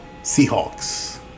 Seahawks